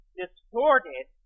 distorted